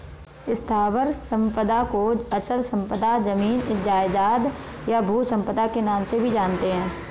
स्थावर संपदा को अचल संपदा, जमीन जायजाद, या भू संपदा के नाम से भी जानते हैं